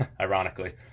ironically